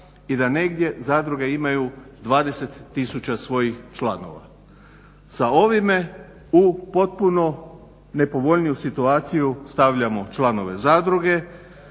i da negdje zadruge imaju 20 tisuća svojih članova sa ovime u potpuno nepovoljniju situaciju stavljamo članove zadruge